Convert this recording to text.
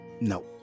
No